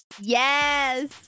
Yes